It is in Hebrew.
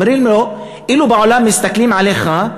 אומר לו: אילו בעולם היו מסתכלים עליך,